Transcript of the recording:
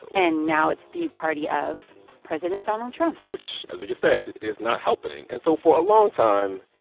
and now it's the party of president donald trump which, as we just said, is not helping. and so, for a long time,